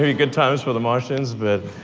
ah good times for the martians, but